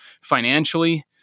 financially